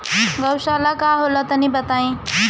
गौवशाला का होला तनी बताई?